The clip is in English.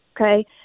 Okay